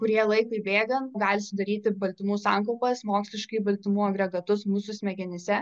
kurie laikui bėgant gali sudaryti baltymų sankaupas moksliškai baltymų agregatus mūsų smegenyse